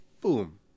boom